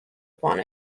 upon